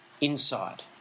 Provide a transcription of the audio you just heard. inside